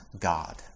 God